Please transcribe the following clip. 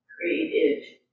created